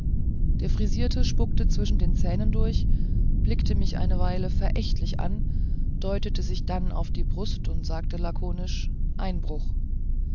der frisierte spuckte zwischen den zähnen durch blickte mich eine weile verächtlich an deutete sich dann auf die brust und sagte lakonisch einbruch ich